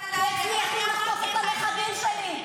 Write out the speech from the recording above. --- כי אצלי יכלו לחטוף את הנכדים שלי.